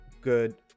good